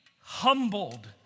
humbled